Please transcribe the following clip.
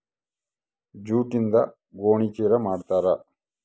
ಜೂಟ್ಯಿಂದ ಗೋಣಿ ಚೀಲ ಮಾಡುತಾರೆ